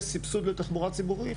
יש סבסוד על תחבורה ציבורית,